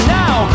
now